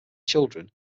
children